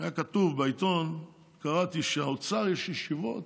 קראתי בעיתון שבאוצר יושבים